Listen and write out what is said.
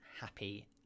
happy